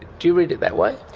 do you read it that way?